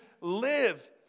live